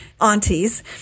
aunties